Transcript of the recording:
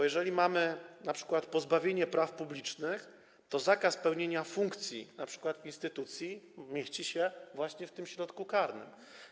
Jeżeli mamy np. pozbawienie praw publicznych, to zakaz pełnienia funkcji w instytucji mieści się właśnie w tym środku karnym.